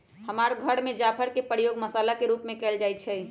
हमर घर में जाफर के प्रयोग मसल्ला के रूप में कएल जाइ छइ